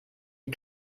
die